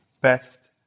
best